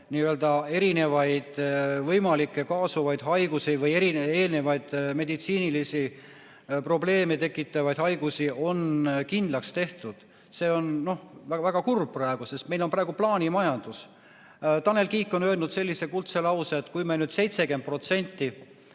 kus inimeste võimalikke kaasuvaid haigusi või eelnevaid meditsiinilisi probleeme tekitavad haigusi on kindlaks tehtud. See on väga-väga kurb. Meil on praegu plaanimajandus. Tanel Kiik on öelnud sellise kuldse lause, et kui me nüüd 70%